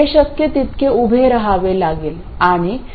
हे शक्य तितके उभे रहावे लागेल